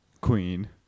Queen